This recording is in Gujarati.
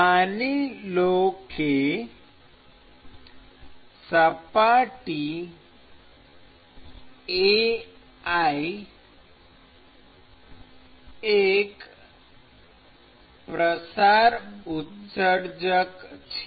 માની લો કે સપાટી Ai એક પ્રસાર ઉત્સર્જક છે